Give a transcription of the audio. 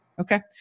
Okay